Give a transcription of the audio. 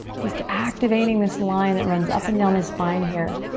just activating this line that runs up and down the spine here.